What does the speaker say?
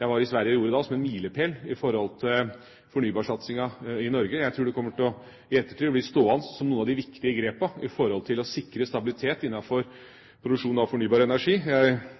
jeg gjorde i Sverige, som en milepæl for fornybarsatsingen i Norge. Jeg tror det kommer til å bli stående i ettertid som noen av de viktige grepene for å sikre stabilitet innenfor produksjon av fornybar energi.